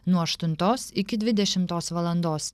nuo aštuntos iki dvidešimtos valandos